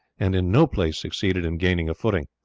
and in no place succeeded in gaining a footing.